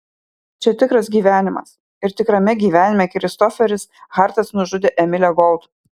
čia tikras gyvenimas ir tikrame gyvenime kristoferis hartas nužudė emilę gold